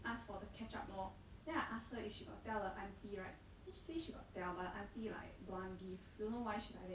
ask for the ketchup lor then I ask her if she got tell the auntie right then she say she got tell but auntie like don't want give don't know why she like that